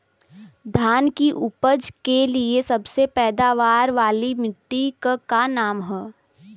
धान की उपज के लिए सबसे पैदावार वाली मिट्टी क का नाम ह?